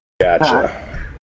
Gotcha